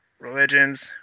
religions